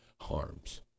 harms